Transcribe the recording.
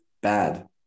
bad